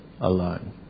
alone